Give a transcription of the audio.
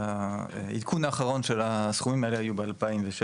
העדכון האחרון של הסכומים האלה היו ב-2016.